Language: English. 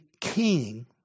king